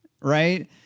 right